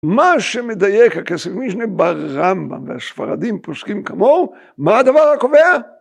מה שמדייק הכסף מישנה ברמב״ם והספרדים פוסקים כמוהו, מה הדבר הקובע?